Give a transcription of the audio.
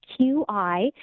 Q-I